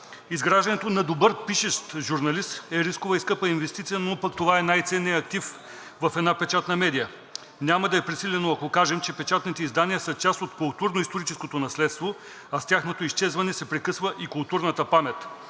Изграждането на добър пишещ журналист е рискова и скъпа инвестиция, но пък това е най-ценният актив в една печатна медия. Няма да е пресилено, ако кажем, че печатните издания са част от културно-историческото наследство, а с тяхното изчезване се прекъсва и културната памет.